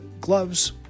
gloves